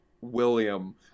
William